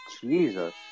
Jesus